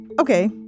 okay